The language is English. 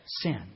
sin